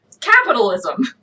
capitalism